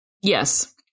Yes